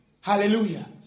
Hallelujah